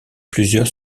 plusieurs